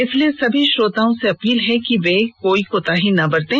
इसलिए सभी श्रोताओं से अपील है कि कोई भी कोताही ना बरतें